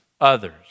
others